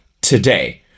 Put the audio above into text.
today